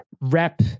rep